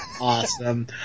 awesome